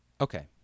Okay